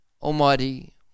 Almighty